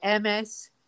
MS